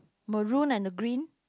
maroon and the green